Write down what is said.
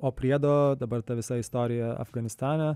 o priedo dabar ta visa istorija afganistane